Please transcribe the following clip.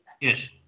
Yes